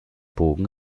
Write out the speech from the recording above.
bogen